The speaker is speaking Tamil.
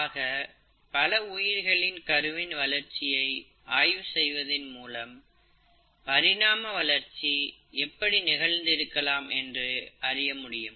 ஆக பல உயிர்களின் கருவின் வளர்ச்சியை ஆய்வு செய்வதின் மூலம் பரிணாம வளர்ச்சி எப்படி நிகழ்ந்திருக்கலாம் என்று அறிய முடியும்